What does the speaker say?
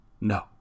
No